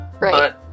Right